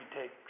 take